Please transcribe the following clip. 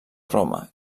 roma